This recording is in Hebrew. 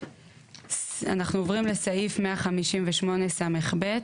אנחנו עוברים לסעיף 158סב,